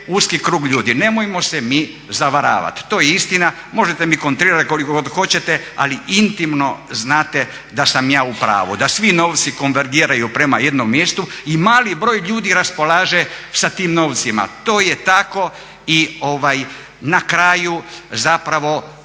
uski krug ljudi. Nemojmo se mi zavaravati. To je istina, možete mi kontrirati koliko god hoćete, ali intimno znate da sam ja upravu, da svi novci konvergiraju prema jednom mjestu i mali broj ljudi raspolože sa tim novcima. To je tako i ovaj na kraju zapravo